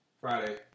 Friday